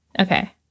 Okay